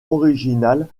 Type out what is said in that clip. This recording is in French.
originale